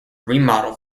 remodel